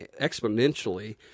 exponentially